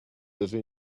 avez